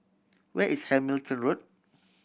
where is Hamilton Road